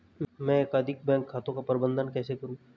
मैं एकाधिक बैंक खातों का प्रबंधन कैसे करूँ?